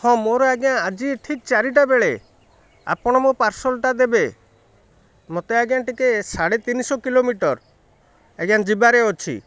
ହଁ ମୋର ଆଜ୍ଞା ଆଜି ଠିକ୍ ଚାରିଟା ବେଳେ ଆପଣ ମୋ ପାର୍ସଲ୍ଟା ଦେବେ ମୋତେ ଆଜ୍ଞା ଟିକେ ସାଢ଼େ ତିନିଶହ କିଲୋମିଟର ଆଜ୍ଞା ଯିବାର ଅଛି